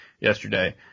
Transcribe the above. yesterday